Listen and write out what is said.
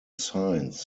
signs